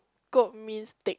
kope means take